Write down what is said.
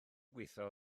gweithio